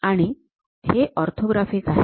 आणि हे ऑर्थोग्राफिक आहे